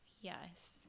yes